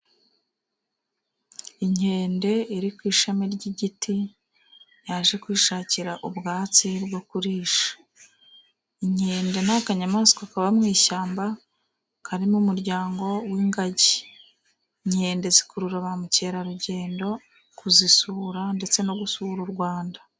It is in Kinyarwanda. Inkende iri ku ishami ry'igiti, yaje kwishakira ubwatsi bwo kurisha. Inkende n'akanyamaswa kaba mu ishyamba, kari mu muryango w'ingagi. Inkende zikurura ba mukerarugendo kuzisura, ndetse no gusura u Rwanda.